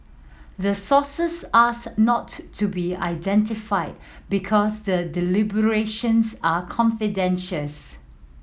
the sources asked not to to be identified because the deliberations are confidential's